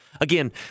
Again